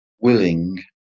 willing